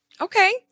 okay